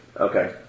Okay